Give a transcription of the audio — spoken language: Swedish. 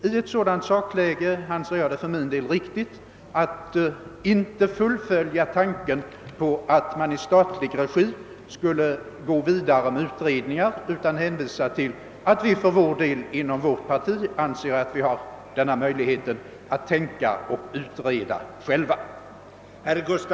I ett sådant läge anser jag det för min del riktigt att inte fullfölja tanken på att man i statlig regi skulle gå vidare med utredningar, utan vi bör hänvisa till att vi för vår del inom vårt parti anser att vi har denna möjlighet att tänka och utreda själva.